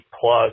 plus